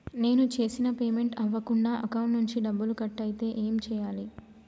నేను చేసిన పేమెంట్ అవ్వకుండా అకౌంట్ నుంచి డబ్బులు కట్ అయితే ఏం చేయాలి?